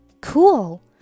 Cool